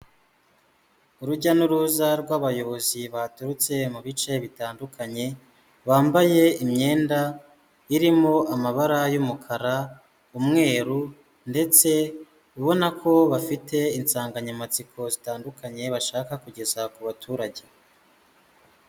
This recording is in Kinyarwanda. Urujya n'uruza rw'abayobozi baturutse mu bice bitandukanye, bambaye imyenda irimo amabara y'umukara, umweru ndetse ubona ko bafite insanganyamatsiko zitandukanye, bashaka kugeza ku baturage.